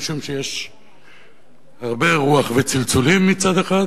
משום שיש הרבה רוח וצלצולים מצד אחד,